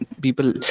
people